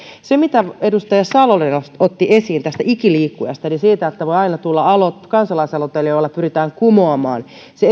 se mitä edustaja salonen otti esiin tästä ikiliikkujasta eli siitä että aina voi tulla kansalaisaloite jolla pyritään kumoamaan se